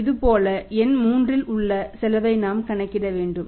இதேபோல் எண் 3 இல் உள்ள செலவைநாம் கணக்கிட வேண்டும்